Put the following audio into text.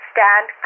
Stand